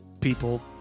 people